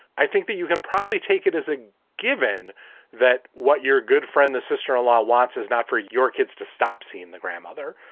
i think that you can probably take it as a given that what you're a good friend, the sister in law wants is not for your kids to stop seeing the grandmother.